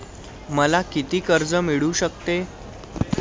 मला किती कर्ज मिळू शकते?